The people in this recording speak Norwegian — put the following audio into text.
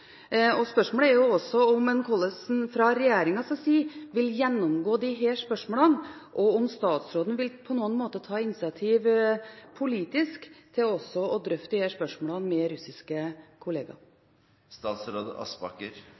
Spørsmålet er også om hvordan en fra regjeringens side vil gjennomgå disse spørsmålene, og om statsråden på noen måte vil ta initiativ politisk til også å drøfte disse spørsmålene med russiske